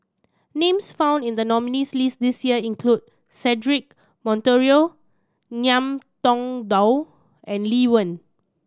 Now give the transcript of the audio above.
names found in the nominees' list this year include Cedric Monteiro Ngiam Tong Dow and Lee Wen